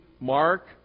Mark